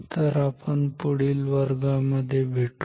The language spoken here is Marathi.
तर आपण पुढील वर्गामध्ये भेटू